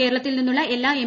കേരളത്തിൽ നിന്നുള്ള എല്ലാ എം